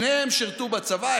שניהם שירתו בצבא,